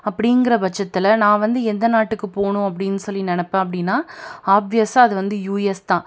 அப்படிங்கிற பட்சத்தில் நான் வந்து எந்த நாட்டுக்கு போகணும் அப்படின்னு சொல்லி நெனைப்பேன் அப்படின்னா ஆப்வியஸாக அது அந்த யுஎஸ் தான்